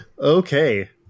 Okay